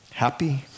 happy